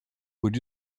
would